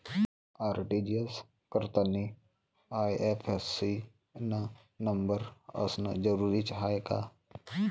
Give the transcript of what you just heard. RTGS करतांनी IFSC न number असनं जरुरीच हाय का?